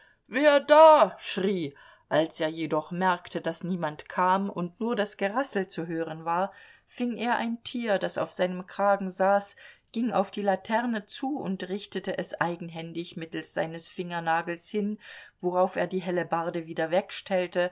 wer da schrie als er jedoch merkte daß niemand kam und nur das gerassel zu hören war fing er ein tier das auf seinem kragen saß ging auf die laterne zu und richtete es eigenhändig mittels seines fingernagels hin worauf er die hellebarde wieder wegstellte